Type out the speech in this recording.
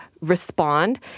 respond